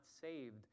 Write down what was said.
saved